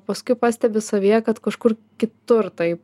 paskui pastebi savyje kad kažkur kitur tai